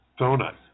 donut